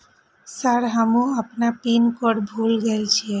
Sir हमू अपना pin code भूल गेल जीये?